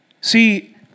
See